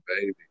baby